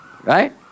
Right